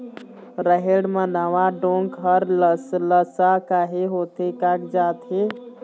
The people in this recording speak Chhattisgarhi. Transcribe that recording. रहेड़ म नावा डोंक हर लसलसा काहे होथे कागजात हे?